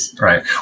right